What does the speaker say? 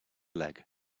leg